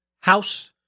House